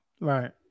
Right